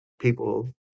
people